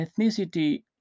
ethnicity